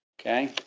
Okay